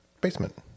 basement